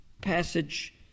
passage